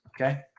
Okay